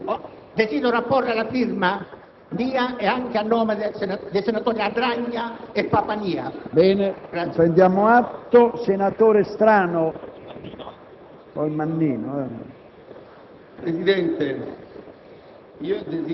Le parole forse hanno un peso ma i voti ne hanno di più e se quest'Aula ha bocciato tutto questo papiro, che nessuno si sogni di riproporlo in finanziaria perché dovrà essere stralciato e mi sorprendo dell'allegria